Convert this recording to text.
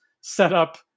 setup